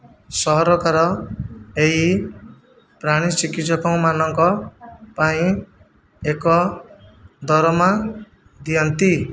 ସରକାର ଏହି ପ୍ରାଣୀ ଚିକିତ୍ସ୍ୟକମାନଙ୍କ ପାଇଁ ଏକ ଦରମା ଦିଅନ୍ତି